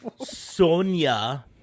Sonia